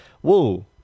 Whoa